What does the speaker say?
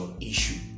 issue